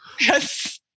Yes